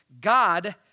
God